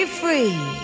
free